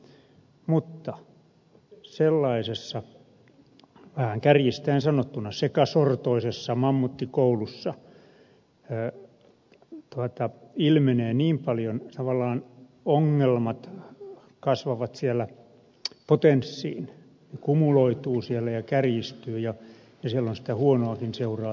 mutta sellaisessa vähän kärjistäen sanottuna sekasortoisessa mammuttikoulussa ilmenee niin paljon tavallaan ongelmat kasvavat siellä potenssiin kumuloituvat siellä ja kärjistyvät ja siellä on sitä huonoakin seuraa tarjolla